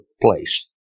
place